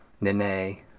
Nene